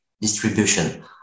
distribution